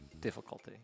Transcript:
difficulty